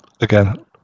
again